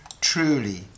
truly